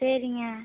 சரிங்க